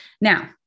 Now